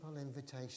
invitation